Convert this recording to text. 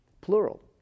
plural